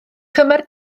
cymer